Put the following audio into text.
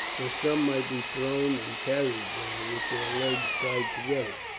though some might be thrown and carried there, with their legs tied together.